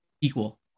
equal